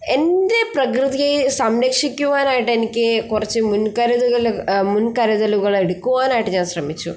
എൻ്റെ പ്രകൃതിയെ സംരക്ഷിക്കുവാനായിട്ട് എനിക്ക് കുറച്ച് മുൻകരുതലുകൾ എടുക്കുവാനായിട്ട് ഞാൻ ശ്രമിച്ചു